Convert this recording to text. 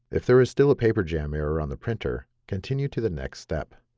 if there is still a paper jam error on the printer, continue to the next step.